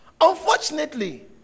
Unfortunately